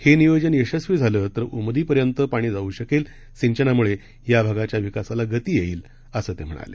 हे नियोजन यशस्वी झालं तर उमदीपर्यंत पाणी जाऊ शकेल सिंचनामुळे या भागाच्या विकासाला गती येईल असं ते म्हणाले